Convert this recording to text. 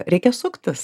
reikia suktis